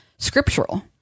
scriptural